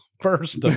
first